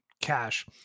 Cash